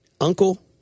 Uncle